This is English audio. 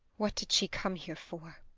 what did she come here for?